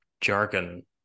jargon